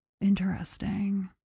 Interesting